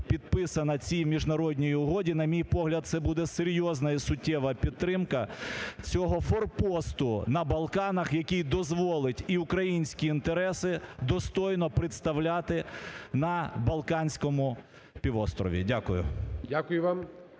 підписана цій міжнародній угоді, на мій погляд, це буде серйозна і суттєва підтримка цього форпосту на Балканах, який дозволить і українські інтереси достойно представляти на Балканському півострові. Дякую.